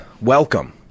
Welcome